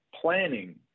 planning